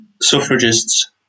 suffragists